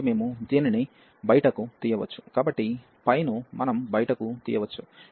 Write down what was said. కాబట్టి మేము దీనిని బయటకు తీయవచ్చు కాబట్టి ను మనం బయటకు తీయవచ్చు